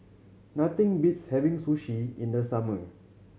nothing beats having Sushi in the summer